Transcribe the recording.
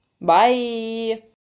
bye